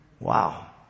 Wow